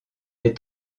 les